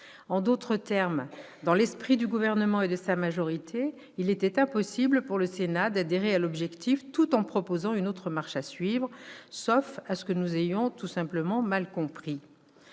En d'autres termes, dans l'esprit du Gouvernement et de sa majorité, il était impossible pour le Sénat d'adhérer à l'objectif tout en proposant une autre marche à suivre, sauf à ce que nous ayons tout simplement mal compris